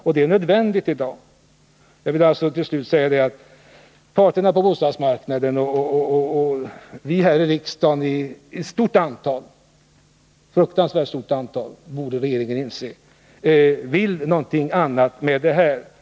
Jag vill alltså till slut säga att parterna på bostadsmarknaden och vi här i riksdagen i stort antal — ett fruktansvärt stort antal, det borde regeringen inse —-vill något annat med den här ändringen.